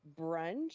brunch